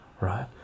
right